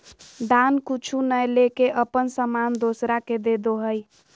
दान कुछु नय लेके अपन सामान दोसरा के देदो हइ